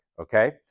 okay